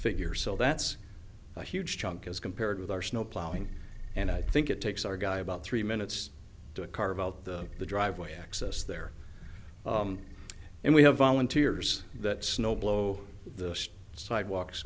figures so that's a huge chunk as compared with our snowplowing and i think it takes our guy about three minutes to carve out the the driveway access there and we have volunteers that snow blow the sidewalks